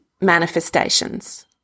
manifestations